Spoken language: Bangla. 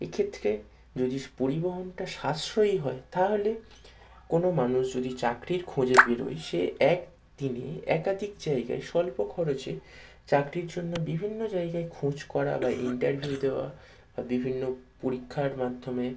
এক্ষেত্রে যদিস পরিবহনটা সাশ্রয়ী হয় তাহলে কোনো মানুষ যদি চাকরির খোঁজে বেরোয় সে এক দিনে একাধিক জায়গায় স্বল্প খরচে চাকরির জন্য বিভিন্ন জায়গায় খোঁজ করা বা ইন্টারভিউ দেওয়া বা বিভিন্ন পরীক্ষার মাধ্যমে